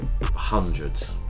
hundreds